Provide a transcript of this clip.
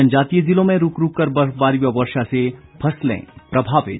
जनजातीय जिलों में रूक रूक कर बर्फबारी व वर्षा से फसलें प्रभावित